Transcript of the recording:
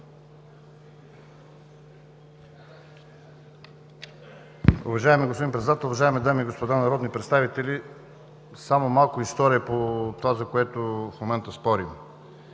Уважаеми господин Председател, уважаеми дами и господа народни представители! Само малко история по това, за което в момента спорим.